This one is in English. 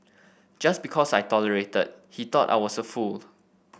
just because I tolerated he thought I was a fool